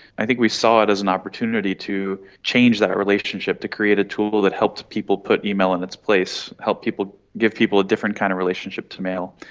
i think we saw it as an opportunity to change that relationship, to create a tool that helped people put email in its place, help give people a different kind of relationship to mail.